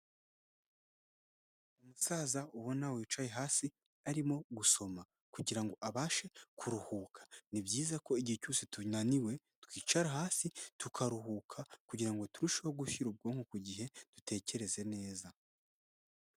Umusaza ubona wicaye hasi arimo gusoma kugirango abashe kuruhuka. Ni byiza ko igihe cyose tunaniwe, twicara hasi tukaruhuka kugirango turusheho gushyira ubwonko ku gihe dutekereze neza.